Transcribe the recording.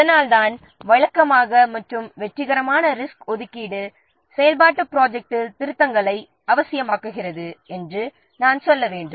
அதனால்தான் வழக்கமாக மற்றும் வெற்றிகரமான ரிசோர்ஸ் ஒதுக்கீடு செயல்பாட்டு ப்ராஜெக்ட்டில் திருத்தங்களை அவசியமாக்குகிறது என்று நான் சொல்ல வேண்டும்